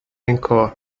encore